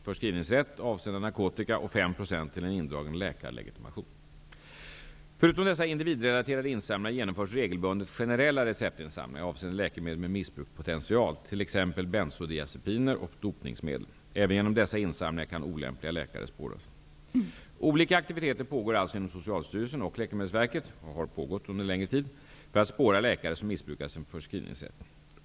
Förutom dessa individrelaterade insamlingar genomförs regelbundet generella receptinsamlingar avseende läkemedel med missbrukspotential, t.ex. benzodiasepiner och dopningsmedel. Även genom dessa insamlingar kan olämpliga läkare spåras. Olika aktiviteter pågår alltså inom Socialstyrelsen och Läkemedelsverket -- och har pågått under längre tid -- för att spåra läkare som missbrukar sin förskrivningsrätt.